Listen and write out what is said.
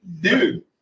Dude